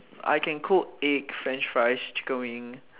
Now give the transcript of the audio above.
I can cook eggs french fries and chicken wing